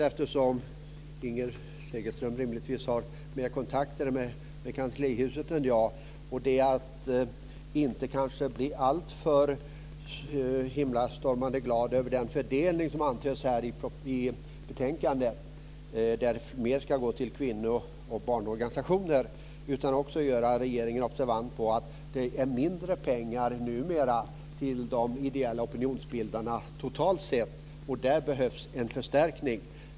Eftersom Inger Segelström rimligtvis har fler kontakter med kanslihuset än jag, vill jag skicka med att man inte ska bli alltför himlastormande glad över den fördelning som antyds i betänkandet, där mer ska gå till kvinno och barnorganisationer. Jag vill uppmärksamma regeringen på att det numera ges mindre pengar till de ideella opinionsbildarna totalt sett. Där behövs en förstärkning.